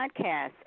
Podcast